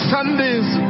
Sunday's